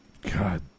God